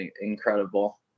incredible